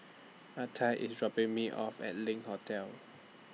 Artie IS dropping Me off At LINK Hotel